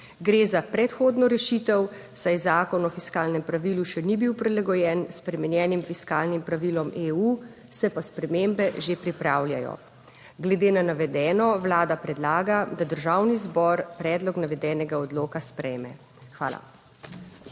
Gre za predhodno rešitev, saj Zakon o fiskalnem pravilu še ni bil prilagojen spremenjenim fiskalnim pravilom EU, se pa spremembe že pripravljajo. Glede na navedeno Vlada predlaga, da Državni zbor predlog navedenega odloka sprejme. Hvala.